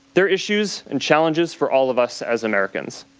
they are issues and challenges for all of us as americans.